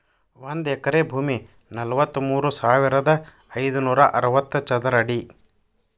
ಒಂದ ಎಕರೆ ಭೂಮಿ ನಲವತ್ಮೂರು ಸಾವಿರದ ಐದನೂರ ಅರವತ್ತ ಚದರ ಅಡಿ